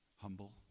Humble